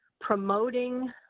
promoting